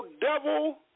devil